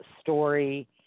story